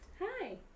Hi